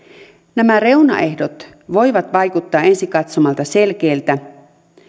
nämä reunaehdot voivat vaikuttaa ensi katsomalta selkeiltä